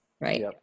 Right